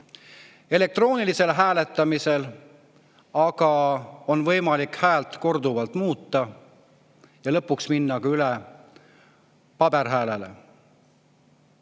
Elektroonilisel hääletamisel aga on võimalik häält korduvalt muuta ja lõpuks minna üle ka paberhääletusele.